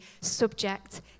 subject